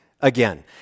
again